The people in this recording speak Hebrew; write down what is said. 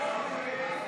הצבעה.